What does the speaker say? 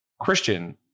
Christian